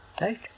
Right